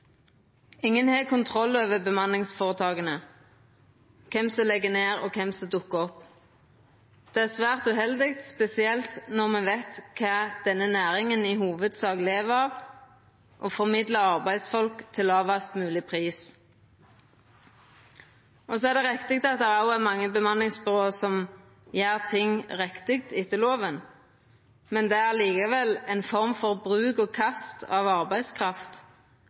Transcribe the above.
Ingen har kontroll over bemanningsføretaka – kven som legg ned, og kven som dukkar opp. Det er svært uheldig, spesielt når me veit kva denne næringa i hovudsak lever av: å formidla arbeidsfolk til lågast mogleg pris. Det er rett at det òg er mange bemanningsbyrå som gjer ting riktig etter loven, men det er likevel ei form for bruk og kast av arbeidskraft,